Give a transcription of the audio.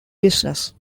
business